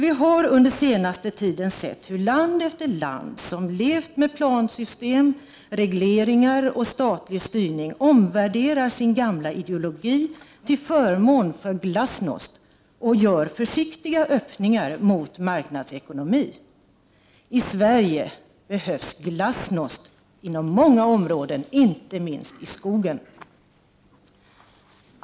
Vi har under den senaste tiden sett hur land efter land som levt med plansystem, regleringar och statlig styrning omvärderar sin gamla ideologi till förmån för glasnost och gör försiktiga öppningar mot marknadsekonomi. I Sverige behövs glasnost inom många områden, inte minst i skogen.